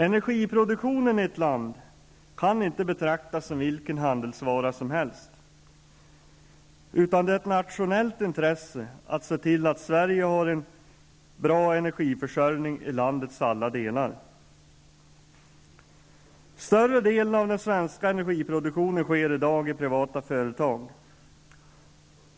Energiproduktionen i ett land kan inte betraktas som vilken handelsvara som helst, utan det är ett nationellt intresse att se till att Sverige har en bra energiförsörjning i landets alla delar. Större delen av den svenska energiproduktionen sker i dag i privata företag.